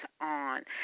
on